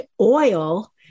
oil